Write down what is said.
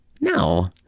no